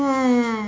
hmm